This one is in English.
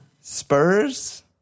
Spurs